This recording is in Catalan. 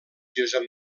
josep